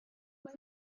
mae